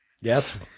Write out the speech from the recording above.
Yes